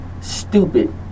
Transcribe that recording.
stupid